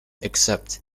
except